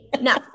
No